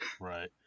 Right